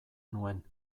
nuen